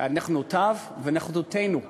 על נכונותו ונכונותנו לשבת,